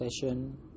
session